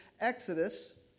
Exodus